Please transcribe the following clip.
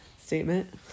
statement